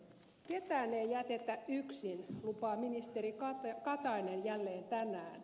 ketään ei jätetä yksin lupaa ministeri katainen jälleen tänään